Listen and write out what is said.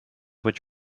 which